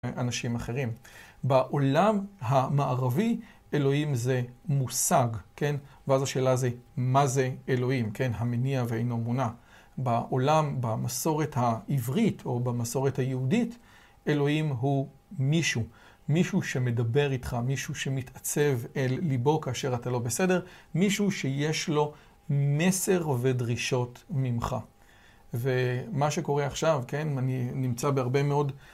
אנשים אחרים. בעולם המערבי, אלוהים זה מושג, כן? ואז השאלה זה, מה זה אלוהים, כן? המניע ואינו מונע. בעולם, במסורת העברית או במסורת היהודית, אלוהים הוא מישהו. מישהו שמדבר איתך, מישהו שמתעצב אל ליבו כאשר אתה לא בסדר, מישהו שיש לו מסר ודרישות ממך. ומה שקורה עכשיו, אני נמצא בהרבה מאוד.